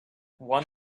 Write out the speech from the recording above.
one